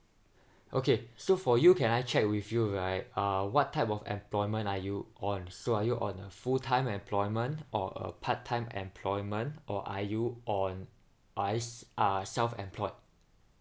okay so for you can I check with you right uh what type of employment are you on so are you on a full time employment or a part time employment or are you on as uh self employed